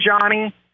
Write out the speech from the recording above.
Johnny